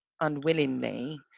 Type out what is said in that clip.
unwillingly